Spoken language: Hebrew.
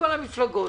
מכל המפלגות.